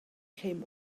came